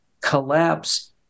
collapse